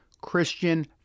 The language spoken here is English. Christian